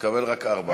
תקבל רק ארבע.